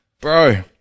bro